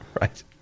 Right